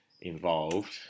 involved